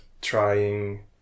trying